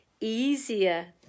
easier